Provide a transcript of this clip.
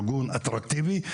ארגון אטרקטיבי,